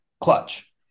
clutch